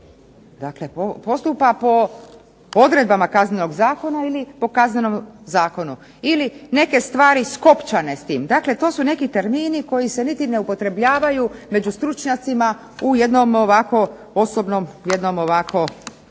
Dakle, postupa po odredbama Kaznenog zakona ili po Kaznenom zakonu. Ili neke stvari skopčane s tim. Dakle, to su neki termini koji se niti ne upotrebljavaju među stručnjacima u jednom ovako osobnom, jednom ovako